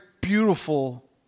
beautiful